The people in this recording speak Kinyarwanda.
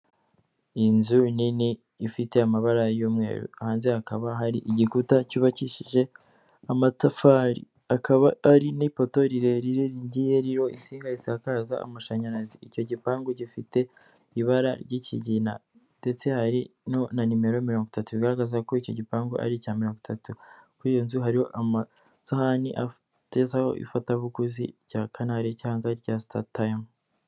Inzu nini ifite amabara y'umweru, hanze hakaba hari igikuta cyubakishije amatafari. Hakaba hari n'ipoto rirerire rigiye ririho insinga zisakaza amashanyarazi, icyo gipangu gifite ibara ry'ikigina ndetse hari na numero mirongo itatu igaragaza ko icyo gipangu ari icya mirongo itatu. Kuri iyo nzu hariho amasahani atezeho ifatabuguzi rya kanari cyangwarya sitatayimu.